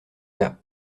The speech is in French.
gars